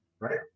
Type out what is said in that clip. Right